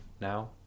now